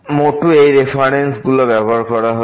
এই রেফারেন্স গুলো ব্যবহার করা হয়েছে